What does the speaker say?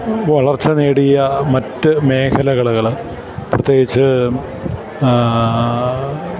വളർച്ച നേടിയ മറ്റ് മേഖലകള് പ്രത്യേകിച്ച്